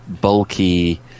bulky